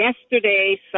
yesterday